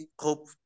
hope